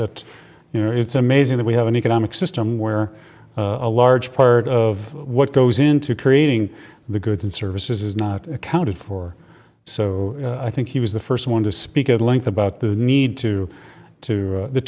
that you know it's amazing that we have an economic system where a large part of what goes into creating the goods and services is not accounted for so i think he was the first one to speak at length about the need to to the t